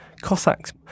Cossacks